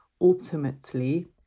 ultimately